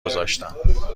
گذاشتم